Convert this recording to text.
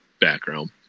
background